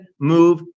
move